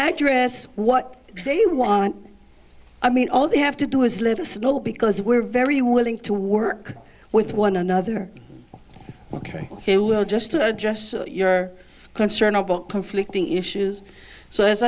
address what they want i mean all they have to do is let us know because we're very willing to work with one another ok we'll just just your concern about conflicting issues so as